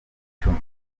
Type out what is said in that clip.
icumi